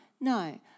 No